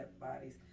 bodies